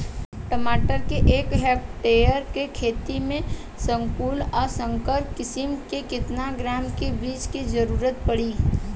टमाटर के एक हेक्टेयर के खेती में संकुल आ संकर किश्म के केतना ग्राम के बीज के जरूरत पड़ी?